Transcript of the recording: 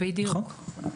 בדיוק.